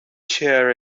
cheer